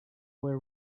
were